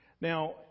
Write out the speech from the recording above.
Now